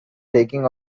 taking